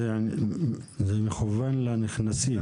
זה מכוון לנכנסים.